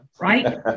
right